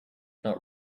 not